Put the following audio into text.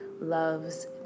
loves